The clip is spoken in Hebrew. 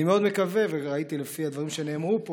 אני מאוד מקווה, וראיתי לפי הדברים שנאמרו פה